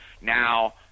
Now